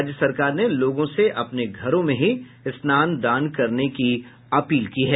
राज्य सरकार ने लोगों से अपने घरों में ही स्नान दान करने की अपील की है